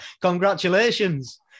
Congratulations